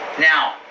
Now